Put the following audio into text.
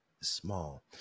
small